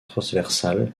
transversales